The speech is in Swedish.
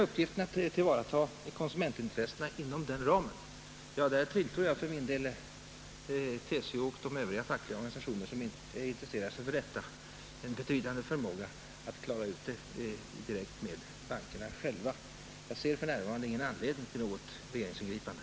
Uppgiften att tillvarata konsumentintressena inom den ramen tror jag för min del kan anförtros åt TCO och övriga fackliga organisationer som intresserar sig för denna fråga; de har säkerligen en betydande förmåga att klara upp saken direkt med bankerna. Jag ser för närvarande ingen anledning att göra något regeringsingripande.